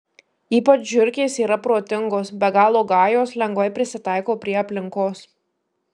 ypač žiurkės yra protingos be galo gajos lengvai prisitaiko prie aplinkos